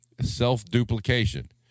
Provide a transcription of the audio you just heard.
self-duplication